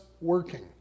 working